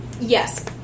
yes